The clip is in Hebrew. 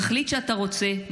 תחליט שאתה רוצה,